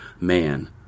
man